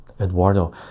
Eduardo